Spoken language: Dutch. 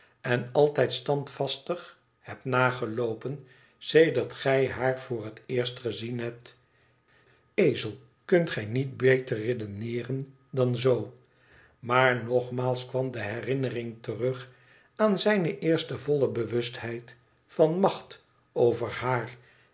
en altijd standvastig hebt nageloopen sedert gij haar voor het eerst gezien hebt ezel kunt gij niet beter redeneeren dan zoo maar nogmaals kwam de herinnering terug aan zijne eerste volle bewustheid van macht over haar